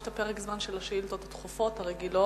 יש פרק זמן של השאילתות הדחופות הרגילות,